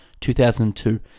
2002